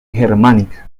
germánica